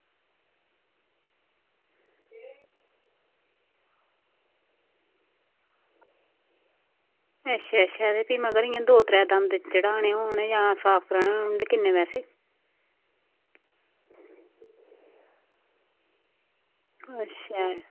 अच्छा अच्छा ते फ्ही मगर इ'यां दौ त्रै दंद कढाने होन जां साफ कराने होन उं'दे किन्ने पैसे अच्छा